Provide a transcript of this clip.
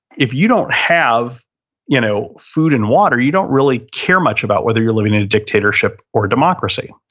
if you don't have you know food and water, you don't really care much about whether you're living in a dictatorship or a democracy.